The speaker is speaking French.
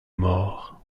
mort